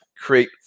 create